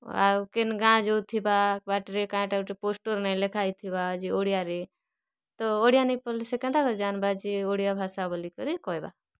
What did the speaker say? ଆଉ କେନ୍ ଗାଁ ଯଉଥିବା ବାଟ୍ରେ କାଣ୍ଟା ଗୋଟେ ପୋଷ୍ଟର୍ ନାଇଁ ଲେଖା ହେଇଥିବା ଯେ ଓଡ଼ିଆରେ ତ ଓଡ଼ିଆ ନେଇ ପଢ଼୍ଲେ ସେ କେନ୍ତା କରି ଜାନ୍ବା ଯେ ଓଡ଼ିଆ ଭାଷା ବୋଲି କରି କହେବା